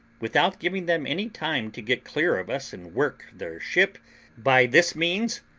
without giving them any time to get clear of us and work their ship by this means,